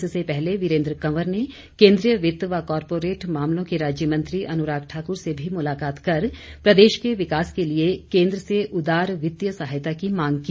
इससे पहले वीरेन्द्र कवर ने केन्द्रीय वित्त व कॉरपोरेट मामलों के राज्य मंत्री अनुराग ठाकुर से भी मुलाकात कर प्रदेश के विकास के लिए केन्द्र से उदार वित्तीय सहायता की मांग की